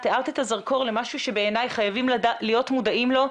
את הזרקור למשהו שבעיניי חייבים להיות מודעים לו,